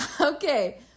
Okay